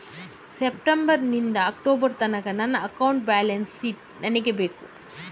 September ನಿಂದ October ತನಕ ನನ್ನ ಅಕೌಂಟ್ ಬ್ಯಾಲೆನ್ಸ್ ಶೀಟ್ ನನಗೆ ಬೇಕು